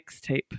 mixtape